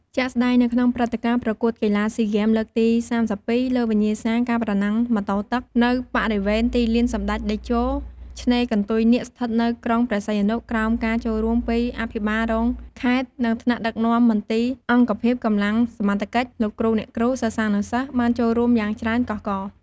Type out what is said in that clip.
ជាក់ស្តែង នៅក្នុងព្រឹត្តិការណ៍ប្រកួតកីឡាស៊ីហ្គេមលើកទី៣២ លើវិញ្ញាសាការប្រណាំងម៉ូតូទឹក នៅបរិវេណទីលានសម្ដេចតេជោ ឆ្នេរកន្ទុយនាគស្ថិតនៅ ក្រុងព្រះសីហនុ ក្រោមការចូលរួមពី អភិបាលរងខេត្ត និងថ្នាក់ដឹកនាំមន្ទីរអង្គភាព កម្លាំងសមត្ថកិច្ច លោកគ្រូអ្នកគ្រូ សិស្សានុសិស្ស បានចូលរួមយ៉ាងច្រើនកុះករ។